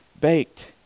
baked